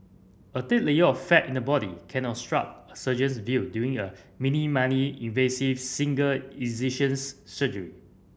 a thick layer of fat in the body can obstruct a surgeon's view during a minimally invasive single incisions surgery